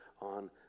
on